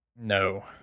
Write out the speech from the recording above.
No